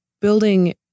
building